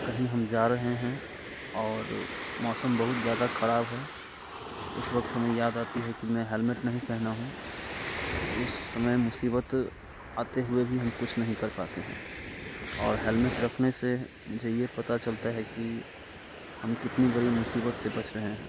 कहीं हम जा रहे हैं और मौसम बहुत ज़्यादा खराब है तो उस वक़्त हमें याद आती है कि मैं हैलमेट नहीं पहना हूँ तो उस समय मुसीबत आते हुए भी हम कुछ नहीं कर पाते हैं और हैलमेट रखने से मुझे ये पता चलता है कि हम कितनी बड़ी मुसीबत से बच रहे हैं